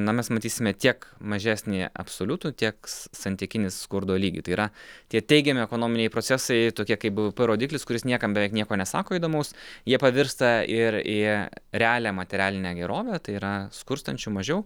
na mes matysime tiek mažesnįjį absoliutų tiek santykinį skurdo lygį tai yra tie teigiami ekonominiai procesai tokie kaip bvp rodiklis kuris niekam beveik nieko nesako įdomaus jie pavirsta ir į realią materialinę gerovę tai yra skurstančių mažiau